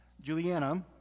Juliana